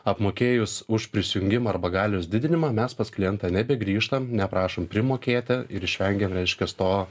apmokėjus už prisijungimą arba galios didinimą mes pas klientą nebegrįžtam neprašom primokėti išvengiam reiškias to